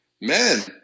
man